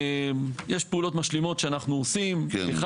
יש פעולות משלימות שאנחנו עושים: אחד,